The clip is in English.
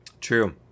true